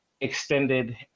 extended